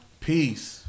Peace